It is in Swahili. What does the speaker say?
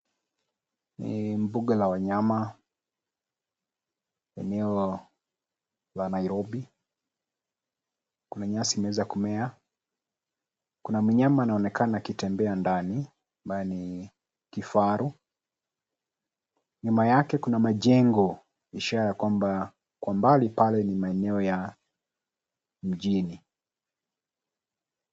Ni mbuga la wanyama, eneo la Nairobi. Kuna nyasi imeweza kumea. Kuna mnyama anayeonekana akitembea ndani ambaye ni kifaru. Nyuma yake kuna majengo ishara ya kwamba mbali pale ni maeneo ya mjini.